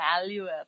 valuable